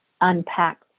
unpack